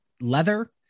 leather